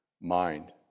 mind